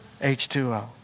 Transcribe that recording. H2O